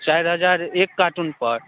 चारि हजार एक कार्टून पर